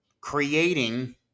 creating